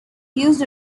used